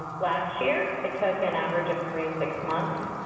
last year, it took an average of three to six months,